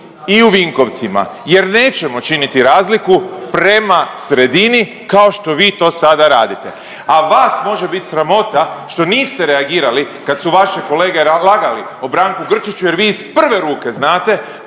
i u Vinkovcima jer nećemo činiti razliku prema sredini kao što vi to sada radite. A vas može bit sramota što niste reagirali kad su vaše kolege lagali o Branku Grčiću jer vi iz prve ruke znate